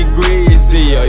greasy